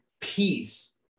peace